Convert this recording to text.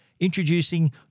Introducing